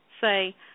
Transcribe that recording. Say